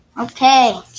Okay